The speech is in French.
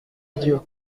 adieu